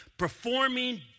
Performing